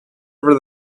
over